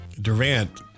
Durant